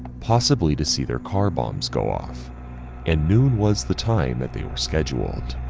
possibly to see their car bombs go off and noon was the time that they were scheduled.